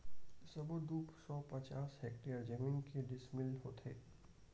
सबो दू सौ पचास हेक्टेयर जमीन के डिसमिल होथे?